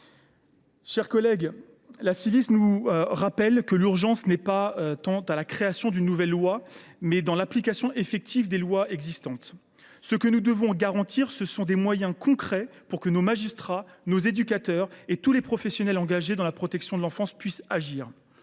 Ciivise nous le rappelle : l’urgence est non pas de voter de nouvelles lois, mais d’assurer l’application effective des textes existants. Ce que nous devons garantir, ce sont des moyens concrets pour que nos magistrats, nos éducateurs et tous les professionnels engagés dans la protection de l’enfance puissent agir.